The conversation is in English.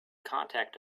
contact